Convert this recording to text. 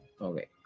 Okay